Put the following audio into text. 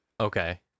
Okay